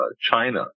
China